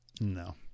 No